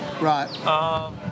Right